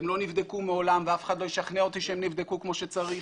הן לא נבדקו מעולם ואף אחד לא ישכנע אותי שהן נבדקו כמו שצריך.